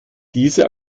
diese